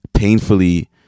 Painfully